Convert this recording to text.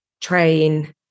train